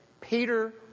Peter